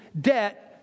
debt